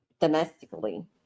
domestically